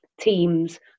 teams